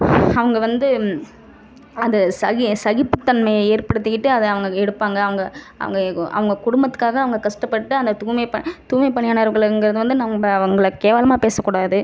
அவங்க வந்து அந்த சகி சகிப்புத்தன்மை ஏற்படுத்திகிட்டு அதை அவங்க எடுப்பாங்க அவங்க அவங்க அவங்க குடும்பத்துக்காக அவங்க கஷ்டப்பட்டு அந்த தூய்மை பணி தூய்மை பணியாளர்கள் இங்கிறது வந்து நம்ம அவங்களை கேவலமாக பேச கூடாது